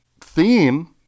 theme